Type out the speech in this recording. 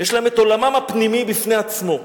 יש להן עולמן הפנימי בפני עצמו.